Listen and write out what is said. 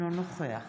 אינו נוכח